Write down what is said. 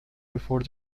before